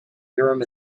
urim